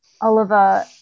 Oliver